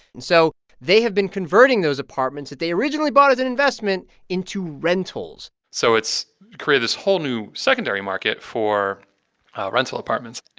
and so they have been converting those apartments that they originally bought as an investment into rentals so it's created this whole new secondary market for rental apartments.